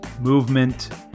movement